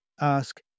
ask